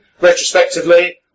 retrospectively